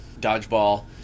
dodgeball